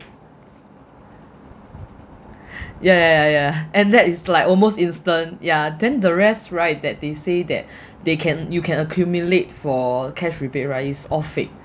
ya ya ya yeah and that is like almost instant ya then the rest right that they say that they can you can accumulate for cash rebate right it's all fake